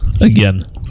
Again